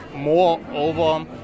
Moreover